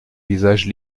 visage